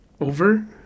over